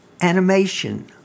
animation